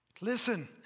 listen